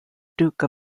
duke